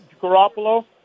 garoppolo